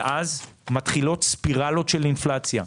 ואז מתחילות ספירלות של אינפלציה,